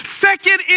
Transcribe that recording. Second